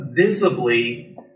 visibly